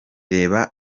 reba